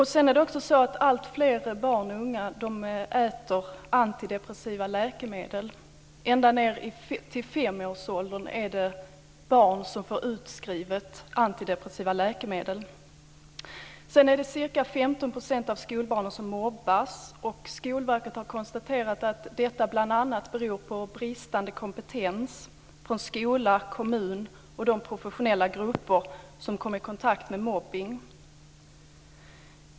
Alltfler barn och ungdomar äter antidepressiva läkemedel. Det finns barn ända ned till fem års ålder som får utskrivet antidepressiva läkemedel. Ca 15 % av skolbarnen som mobbas. Skolverket har konstaterat att detta bl.a. beror på bristande kompetens från skola, kommun och de professionella grupper som kommer i kontakt med mobbning.